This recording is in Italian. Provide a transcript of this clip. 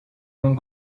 non